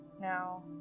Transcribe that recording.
Now